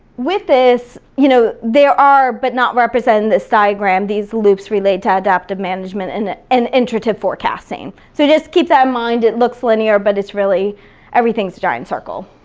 with this, you know there are, but not represented in this diagram, these loops related to adaptive management and and iterative forecasting. so just keep that in mind. it looks linear but it's really everything's a giant circle.